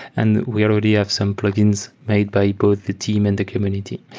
and we already have some plugins made by both the team and the community.